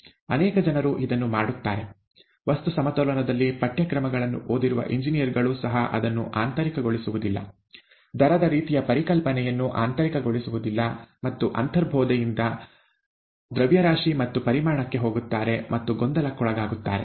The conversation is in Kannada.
ಅನೇಕ ಜನರು ಇದನ್ನು ಮಾಡುತ್ತಾರೆ ವಸ್ತು ಸಮತೋಲನದಲ್ಲಿ ಪಠ್ಯಕ್ರಮಗಳನ್ನು ಓದಿರುವ ಎಂಜಿನಿಯರ್ ಗಳು ಸಹ ಅದನ್ನು ಆಂತರಿಕಗೊಳಿಸುವುದಿಲ್ಲ ದರದ ರೀತಿಯ ಪರಿಕಲ್ಪನೆಯನ್ನು ಆಂತರಿಕಗೊಳಿಸುವುದಿಲ್ಲ ಮತ್ತು ಅಂತರ್ಬೋಧೆಯಿಂದ ದ್ರವ್ಯರಾಶಿ ಮತ್ತು ಪರಿಮಾಣಕ್ಕೆ ಹೋಗುತ್ತಾರೆ ಮತ್ತು ಗೊಂದಲಕ್ಕೊಳಗಾಗುತ್ತಾರೆ